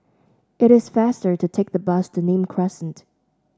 it is faster to take the bus to Nim Crescent